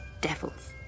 devils